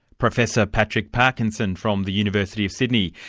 professor patrick parkinson from the university of sydney,